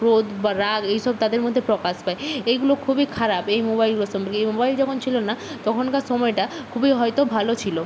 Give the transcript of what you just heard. ক্রোধ বা রাগ এই সব তাদের মধ্যে প্রকাশ পায় এইগুলো খুবই খারাপ এই মোবাইলগুলোর সম্পর্কে এই মোবাইল যখন ছিল না তখনকার সময়টা খুবই হয়তো ভালো ছিল